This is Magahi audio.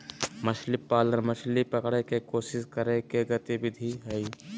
मछली पालन, मछली पकड़य के कोशिश करय के गतिविधि हइ